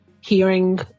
hearing